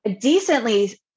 decently